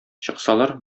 чыксалар